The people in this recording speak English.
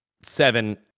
seven